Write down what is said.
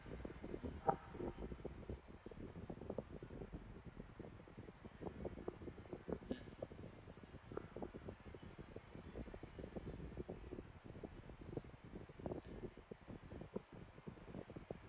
mm